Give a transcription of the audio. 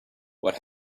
what